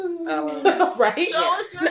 Right